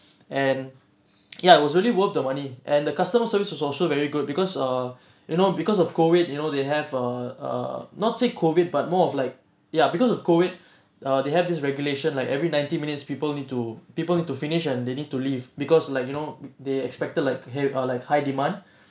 and ya it was really worth the money and the customer service was also very good because err you know because of COVID you know they have err err not say COVID but more of like ya because of COVID err they have this regulation like every ninety minutes people need to people need to finish and they need to leave because like you know they expected like high uh like high demand